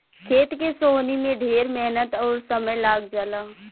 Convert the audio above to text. खेत के सोहनी में ढेर मेहनत अउर समय लाग जला